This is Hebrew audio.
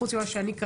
חוץ ממה שקראתי.